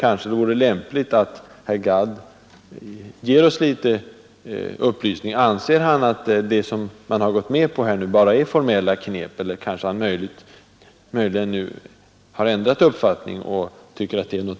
Anser herr Gadd att det som man här har gått med på bara är formella knep, eller har han möjligen nu ändrat uppfattning?